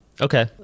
Okay